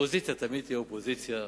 שאופוזיציה תמיד תהיה אופוזיציה,